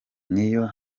niyo